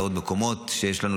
בעוד מקומות שיש לנו,